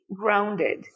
grounded